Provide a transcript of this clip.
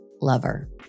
lover